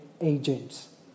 agents